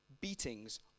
beatings